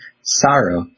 sorrow